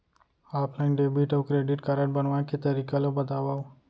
Offline debit अऊ credit card बनवाए के तरीका ल बतावव?